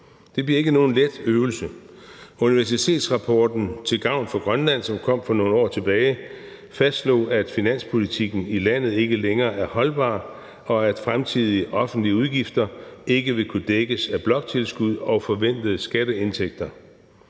Det bliver ikke nogen let øvelse. Universitetsrapporten »Til gavn for Grønland«, som kom for nogle år tilbage, fastslog, at finanspolitikken i landet ikke længere er holdbar, og at fremtidige offentlige udgifter ikke vil kunne dækkes af bloktilskud og forventede skatteindtægter.